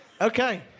Okay